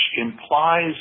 implies